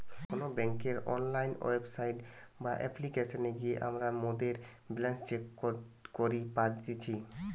কোনো বেংকের online website বা অপ্লিকেশনে গিয়ে আমরা মোদের ব্যালান্স চেক করি পারতেছি